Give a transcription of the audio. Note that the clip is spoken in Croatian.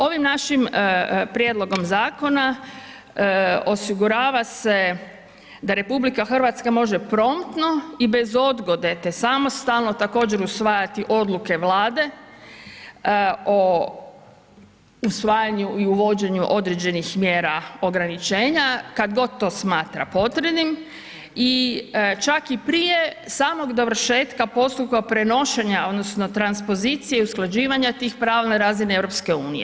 Ovim našim prijedlogom zakona osigurava se da RH može promptno i bez odgode, te samostalno također usvajati odluke Vlade o usvajanju i uvođenju određenih mjera ograničenja kad god to smatra potrebnim i čak i prije samog dovršetka postupka prenošenja odnosno transpozicije i usklađivanja tih prava na razini EU.